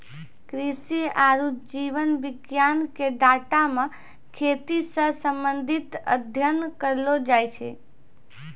कृषि आरु जीव विज्ञान के डाटा मे खेती से संबंधित अध्ययन करलो जाय छै